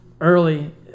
early